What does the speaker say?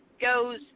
goes